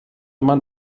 man